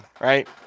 right